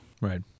Right